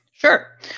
Sure